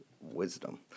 wisdom